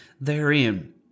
therein